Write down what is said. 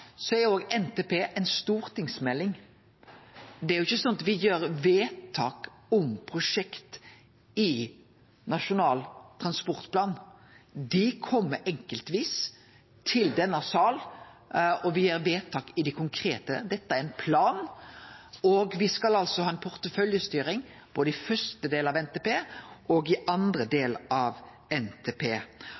er NTP òg ei stortingsmelding. Det er ikkje slik at me gjer vedtak om prosjekt i Nasjonal transportplan. Dei kjem enkeltvis til denne salen, og me gjer vedtak om dei konkrete prosjekta. Dette er ein plan, og me skal altså ha ei porteføljestyring i både første og andre del av NTP.